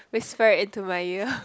whisper into my ear